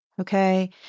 okay